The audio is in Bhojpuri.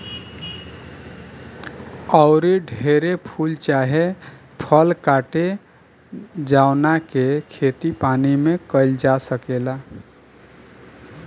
आऊरी ढेरे फूल चाहे फल बाटे जावना के खेती पानी में काईल जा सकेला